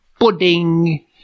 pudding